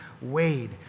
Wade